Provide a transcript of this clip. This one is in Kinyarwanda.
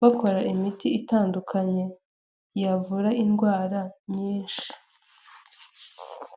bakora imiti itandukanye yavura indwara nyinshi.